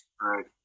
right